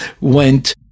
went